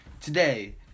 Today